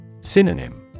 Synonym